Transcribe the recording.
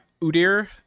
udir